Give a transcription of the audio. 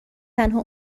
تنها